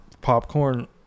popcorn